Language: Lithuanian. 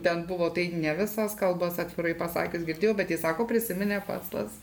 ten buvo tai ne visas kalbas atvirai pasakius girdėjau bet jis sako prisiminė pats tuos